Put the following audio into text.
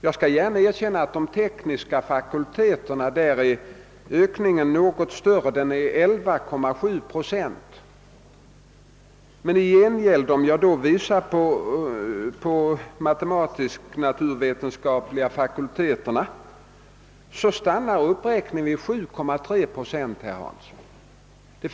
Jag skall gärna erkänna att för de tekniska fakulteterna är ökningen något större, 11,7 procent. Men i gengäld stannar uppräkningen vid de matematiskt-naturvetenskapliga fakulteterna vid 7,3 procent.